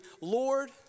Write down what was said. Lord